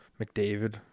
McDavid